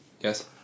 Yes